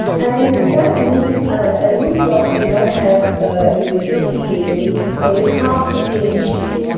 and that rooftop ah rooftop did not have ah any ceiling, only only half a tin sheet.